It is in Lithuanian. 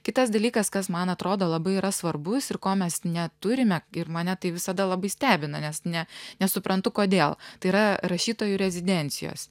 kitas dalykas kas man atrodo labai yra svarbus ir ko mes neturime ir mane tai visada labai stebina nes ne nesuprantu kodėl tai yra rašytojų rezidencijos